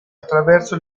attraverso